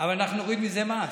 אבל אנחנו נוריד מזה מס.